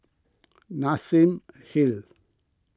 Nassim Hill